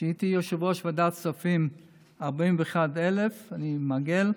כשהייתי יושב-ראש ועדת הכספים 41,000, ואני מעגל,